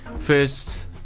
first